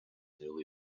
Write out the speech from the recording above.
newly